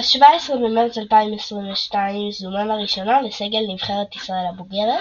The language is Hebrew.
ב-17 במרץ 2022 זומן לראשונה לסגל נבחרת ישראל הבוגרת,